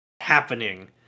happening